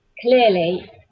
clearly